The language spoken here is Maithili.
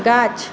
गाछ